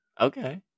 okay